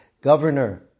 governor